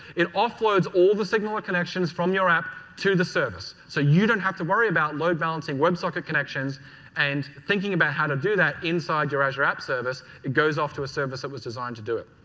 it offloads all the signaler connections from your app to the service. so, you don't have to worry about load balancing web socket connections and thinking about how to do that inside your azure app service. it goes off to a service that was designed to do it.